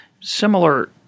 similar